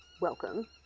welcome